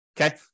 Okay